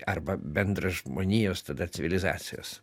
arba bendrą žmonijos tada civilizacijos